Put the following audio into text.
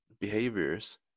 behaviors